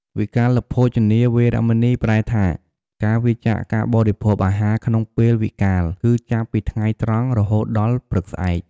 វិកាលភោជនា វេរមណី ប្រែថា ការវៀរចាកការបរិភោគអាហារក្នុងពេលវិកាល គឺចាប់ពីថ្ងៃត្រង់រហូតដល់ព្រឹកស្អែក។